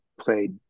played